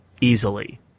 easily